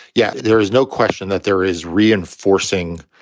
yeah there is no question that there is reinforcing